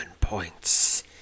points